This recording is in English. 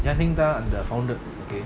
ya ning founder ok